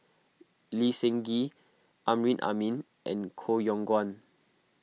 Lee Seng Gee Amrin Amin and Koh Yong Guan